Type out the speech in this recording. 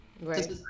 Right